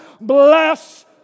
Bless